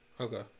Okay